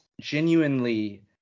genuinely